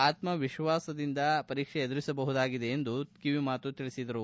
ಆತ್ಮವಿಶ್ವಾಸದಿಂದ ಪರೀಕ್ಷೆ ಎದುರಿಸಬಹುದಾಗಿದೆ ಎಂದು ತಿಳಿಸಿದರು